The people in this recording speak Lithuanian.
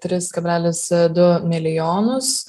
tris kablelis du milijonus